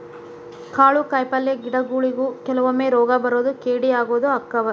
ಕಾಳು ಕಾಯಿಪಲ್ಲೆ ಗಿಡಗೊಳಿಗು ಕೆಲವೊಮ್ಮೆ ರೋಗಾ ಬರುದು ಕೇಡಿ ಆಗುದು ಅಕ್ಕಾವ